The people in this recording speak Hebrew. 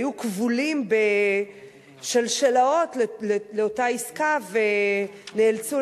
היו כבולים בשלשלאות לאותה עסקה ונאלצו